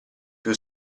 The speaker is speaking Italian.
più